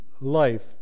life